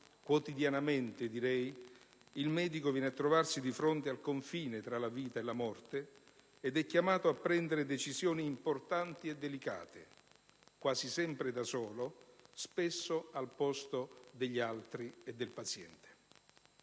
quotidianamente direi, il medico viene a trovarsi di fronte al confine tra la vita e la morte ed è chiamato a prendere decisioni importanti e delicate, quasi sempre da solo, spesso al posto degli altri e del paziente.